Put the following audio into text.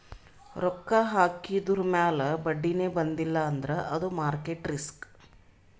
ರೊಕ್ಕಾ ಹಾಕಿದುರ್ ಮ್ಯಾಲ ಬಡ್ಡಿನೇ ಬಂದಿಲ್ಲ ಅಂದ್ರ ಅದು ಮಾರ್ಕೆಟ್ ರಿಸ್ಕ್